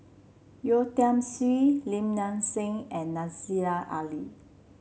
Yeo Tiam Siew Lim Nang Seng and Aziza Ali